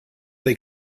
they